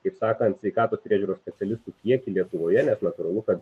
kaip sakant sveikatos priežiūros specialistų kiekį lietuvoje nes natūralu kad